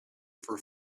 for